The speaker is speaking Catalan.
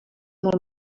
molt